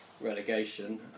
relegation